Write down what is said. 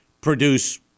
produce